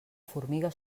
formiga